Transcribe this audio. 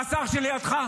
והשר שלידך,